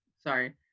sorry